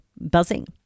buzzing